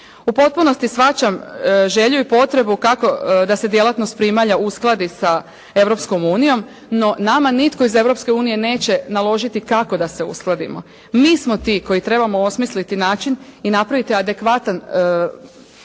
U potpunosti shvaćam želju i potrebu kako da se djelatnost primalja uskladi sa Europskom unijom, no nama nitko iz Europske unije neće naložiti kako da se uskladimo. Mi smo ti koji trebamo osmisliti način i napraviti adekvatan